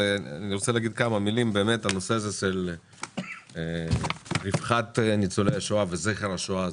אני רוצה להגיד כמה מילים על הנושא של רווחת ניצולי השואה וזכר השואה.